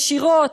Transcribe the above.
ישירות,